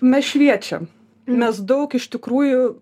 mes šviečiam mes daug iš tikrųjų